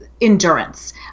endurance